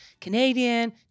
Canadian